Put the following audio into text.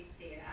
data